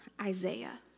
Isaiah